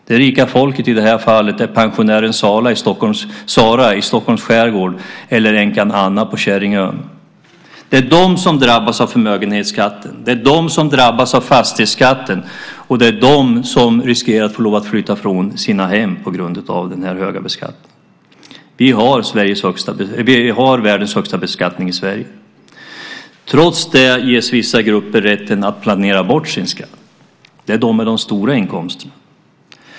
"Det rika folket" i det här fallet är pensionären Sara i Stockholms skärgård eller änkan Anna på Käringön. Det är de som drabbas av förmögenhetsskatten. Det är de som drabbas av fastighetsskatten, och det är de som riskerar att få lov att flytta från sina hem på grund av den höga beskattningen. Vi har världens högsta beskattning. Trots det ges vissa grupper rätten att planera bort sin skatt. Det är de med de stora inkomsterna.